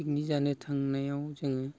picnic जानो थांनायाव जोङो